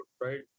right